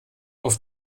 auf